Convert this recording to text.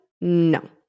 no